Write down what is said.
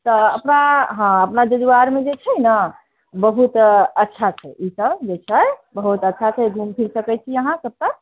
तऽ अपना हँ अपना जजुआरमे जे छै ने बहुत अच्छा छै ई सब जे छै बहुत अच्छा छै घूमफिर सकैत छी अहाँ ओत्तऽ